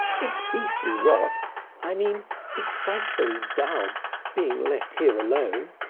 it's beastly rot i mean it's frightfully dull being left here alone.